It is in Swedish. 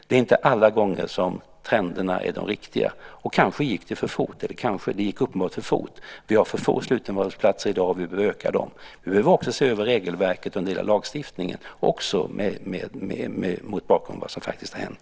Det är inte alla gånger som trenderna är de riktiga. Kanske gick det för fort. Kanske gick reformen för fort. Vi har för få slutenvårdsplatser, och vi behöver öka dem. Vi bör också se över regelverket och hela lagstiftningen mot bakgrund av vad som har hänt.